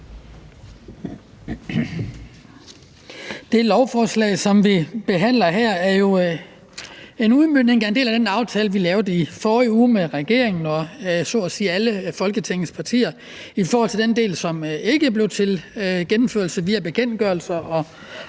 Det lovforslag, som vi behandler her, er jo en udmøntning af en del af den aftale, vi lavede i forrige uge med regeringen og så at sige alle Folketingets partier, hvad angår den del, som ikke blev til gennemførelse via bekendtgørelser